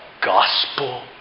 Gospel